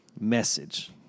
message